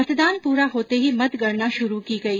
मतदान पूरा होते ही मतगणना शुरू की गई